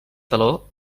teló